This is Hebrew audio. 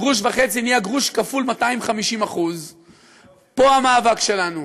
הגרוש וחצי נהיה גרוש כפול 250%. פה המאבק שלנו.